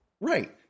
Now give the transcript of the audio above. right